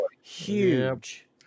huge